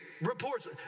reports